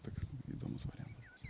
toks įdomus variantas